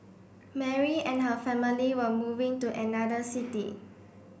Mary and her family were moving to another city